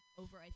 over